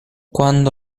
quando